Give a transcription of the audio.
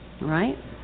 right